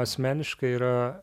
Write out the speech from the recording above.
asmeniškai yra